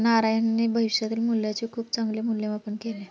नारायणने भविष्यातील मूल्याचे खूप चांगले मूल्यमापन केले